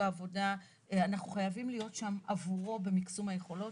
העבודה - אנחנו חייבים להיות שם עבורו במיקסום היכולות.